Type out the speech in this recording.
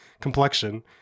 complexion